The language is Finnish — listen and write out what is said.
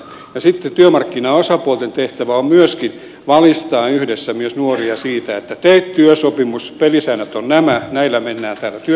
sitten työmarkkinaosapuolten tehtävä on myöskin valistaa yhdessä myös nuoria siitä että tee työsopimus pelisäännöt ovat nämä näillä mennään täällä työelämässä